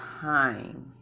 time